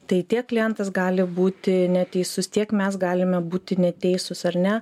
tai tiek klientas gali būti neteisus tiek mes galime būti neteisūs ar ne